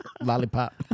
Lollipop